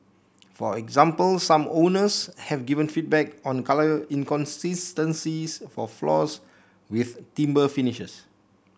for example some owners have given feedback on colour inconsistencies for floors with timber finishes